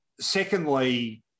secondly